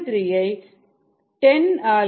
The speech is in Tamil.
3 ஐ 10 ஆல் வகுத்தால் 0